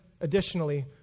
additionally